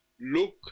look